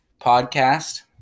podcast